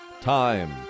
time